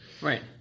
Right